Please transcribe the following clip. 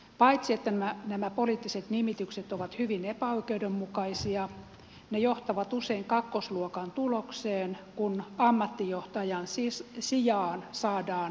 paitsi että nämä poliittiset nimitykset ovat hyvin epäoikeudenmukaisia ne johtavat usein kakkosluokan tulokseen kun ammattijohtajan sijaan saadaan jäsenkirjajohtaja